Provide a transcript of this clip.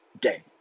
day